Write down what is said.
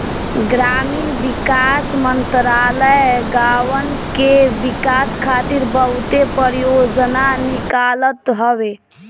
ग्रामीण विकास मंत्रालय गांवन के विकास खातिर बहुते परियोजना निकालत हवे